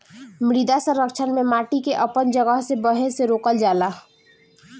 मृदा संरक्षण में माटी के अपन जगह से बहे से रोकल जाला